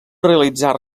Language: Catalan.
realitzar